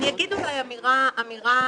אני אגיד אולי אמירה